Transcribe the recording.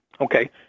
okay